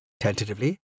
Tentatively